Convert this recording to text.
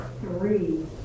three